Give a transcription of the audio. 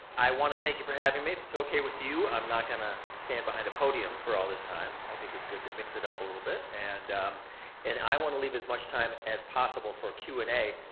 i wanna thank you for having me. if it's okay with you, i'm not gonna stand behind a podium for all this time. i think it's good to mix it up a little bit and and i wanna leave as much time as possible for q and a,